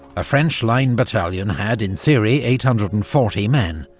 a french line battalion had, in theory, eight hundred and forty men,